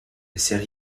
série